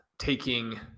Taking